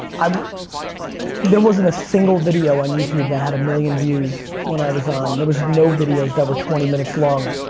um there wasn't a single video on youtube that had a million views when i was on. there was no videos that were twenty minutes long.